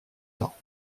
temps